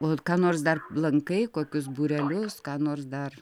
o ką nors dar lankai kokius būrelius ką nors dar